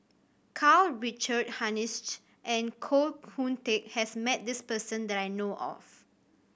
Karl Richard Hanitsch and Koh Hoon Teck has met this person that I know of